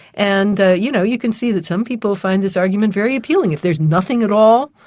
and you know, you can see that some people find this argument very appealing. if there's nothing at all,